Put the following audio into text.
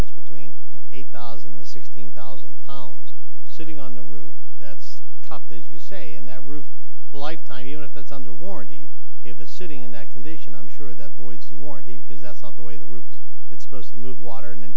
that's between eight thousand and sixteen thousand palms sitting on the roof that's topped as you say and that roof lifetime even if it's under warranty if it's sitting in that condition i'm sure that voids the warranty because that's not the way the roof is it's supposed to move water and